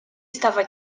estava